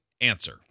answer